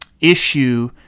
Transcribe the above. issue